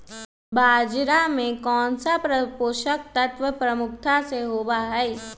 बाजरा में कौन सा पोषक तत्व प्रमुखता से होबा हई?